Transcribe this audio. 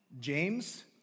James